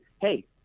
hey